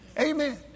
Amen